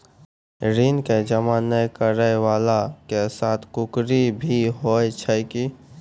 ऋण के जमा नै करैय वाला के साथ कुर्की भी होय छै कि?